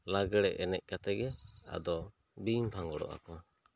ᱞᱟᱜᱽᱲᱮ ᱮᱱᱮᱡ ᱠᱟᱛᱮᱜ ᱜᱮ ᱟᱫᱚ ᱵᱤᱱ ᱵᱷᱟᱸᱜᱚᱲᱚᱜ ᱟ ᱠᱚ